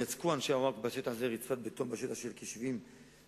יצקו אנשי הווקף בשטח הזה רצפת בטון בשטח של כ-70 מ"ר.